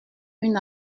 une